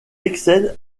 excelle